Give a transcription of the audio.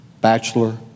Bachelor